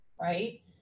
right